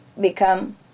become